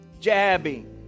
jabbing